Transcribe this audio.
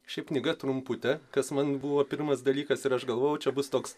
ši knyga trumpute kas man buvo pirmas dalykas ir aš galvojau čia bus toks